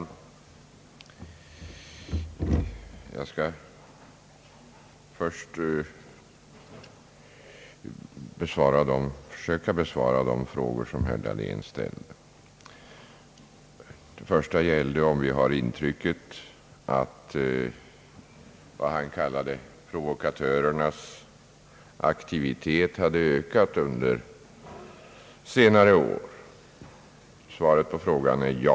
Herr talman! Jag skall försöka besvara herr Dahléns frågor. Den första frågan gällde huruvida vi har intrycket att vad herr Dahlén kallade provokatörernas aktivitet har ökat under senare år. Svaret på frågan är: Ja.